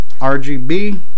RGB